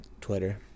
Twitter